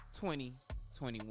2021